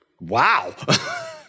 wow